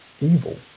evil